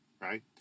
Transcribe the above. Right